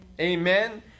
Amen